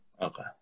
Okay